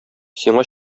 сиңа